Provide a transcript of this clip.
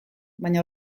baina